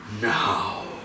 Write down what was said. now